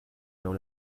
known